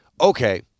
okay